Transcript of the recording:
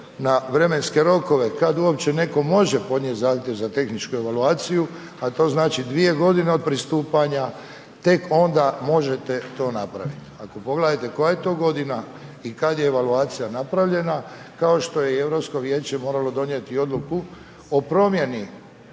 na vremenske rokove kad uopće netko može podnijeti zahtjev za tehničku evaluaciju, a to znači 2 godine od pristupanja tek onda možete to napraviti. Pogledajte koja je to godina i kad je evaluacija napravljena kao što je i Europsko vijeće moralo donijeti odluku o promjeni